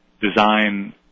design